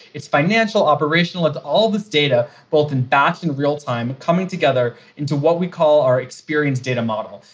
it's financial operational at all this data, both in batch and real-time, coming together into what we call our experienced data model.